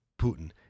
Putin